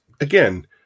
again